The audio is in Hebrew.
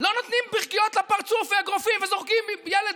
לא נותנים ברכיות לפרצוף ואגרופים וזורקים ילד,